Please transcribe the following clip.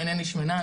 אינני שמנה,